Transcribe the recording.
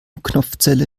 knopfzelle